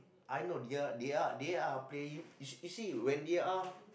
I know they are they are they are playing you see when they are